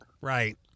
Right